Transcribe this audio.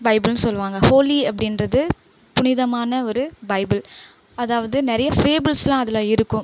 பைபிள்னு சொல்லுவாங்க ஹோலி அப்பிடின்றது புனிதமான ஒரு பைபிள் அதாவது நிறைய ஃபேபில்ஸ்லாம் அதில் இருக்கும்